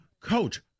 Coach